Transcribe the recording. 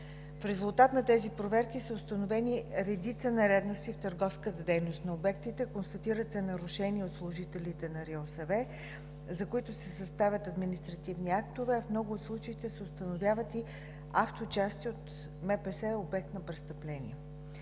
В резултат на тези проверки са установени редица нередности в търговската дейност на обектите, констатират се нарушения от служителите на РИОСВ, за които се съставят административни актове, а в много от случаите се установяват и авточасти от МПС – обект на престъпление.